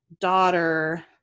daughter